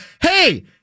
hey